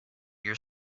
your